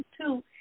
two